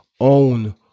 own